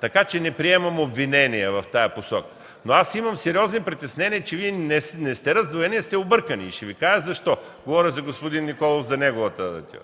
Така че не приемам обвинение в тази посока. Имам сериозни притеснения обаче, че Вие не сте раздвоени, а сте объркани и ще Ви кажа защо – говоря за господин Николов, за неговата реплика.